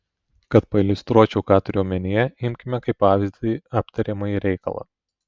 kad pailiustruočiau ką turiu omenyje imkime kaip pavyzdį aptariamąjį reikalą